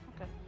Okay